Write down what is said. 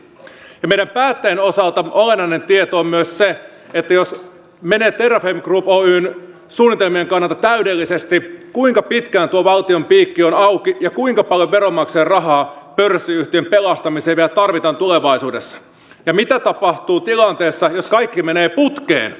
meidän päättäjien osalta olennainen tieto on myös se jos menee terrafame group oyn suunnitelmien kannalta täydellisesti kuinka pitkään tuo valtion piikki on auki kuinka paljon veronmaksajien rahaa pörssiyhtiön pelastamiseen vielä tarvitaan tulevaisuudessa ja mitä tapahtuu tilanteessa jossa kaikki menee putkeen